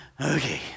okay